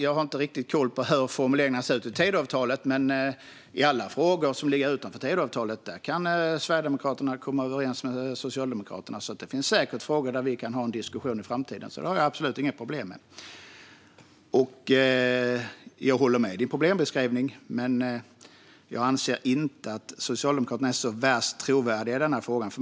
Jag har inte riktigt koll på hur formuleringarna ser ut i Tidöavtalet, men i alla frågor som ligger utanför Tidöavtalet kan Sverigedemokraterna komma överens med Socialdemokraterna. Det finns säkert frågor där vi kan ha en diskussion i framtiden; det har jag absolut inga problem med. Jag håller alltså med Teresa Carvalho om hennes problembeskrivning men anser inte att Socialdemokraterna är så värst trovärdiga i den här frågan.